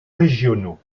régionaux